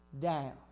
down